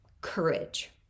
courage